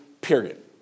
period